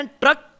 truck